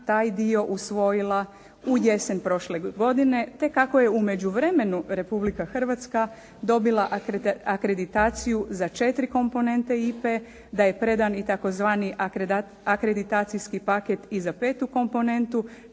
taj dio usvojila u jesen prošle godine, te kako je u međuvremenu Republika Hrvatska dobila akreditaciju za četiri komponente IPA-e, da je predan tzv. akreditacijski paket i za petu komponentu